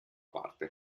parte